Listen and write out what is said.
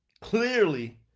clearly